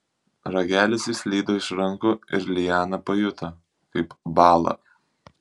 ragelis išslydo iš rankų ir liana pajuto kaip bąla